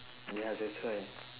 ya that's why